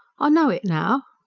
i know it now.